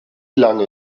lange